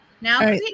Now